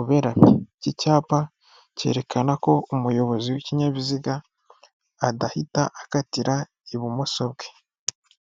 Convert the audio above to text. uberanye, iki cyapa cyerekana ko umuyobozi w'ikinyabiziga adahita akatira ibumoso bwe.